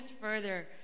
further